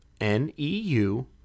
N-E-U